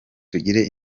tugire